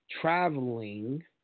traveling